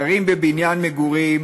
גרים בבניין מגורים